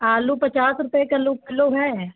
आलू पचास रुपये किल किलो है